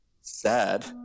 sad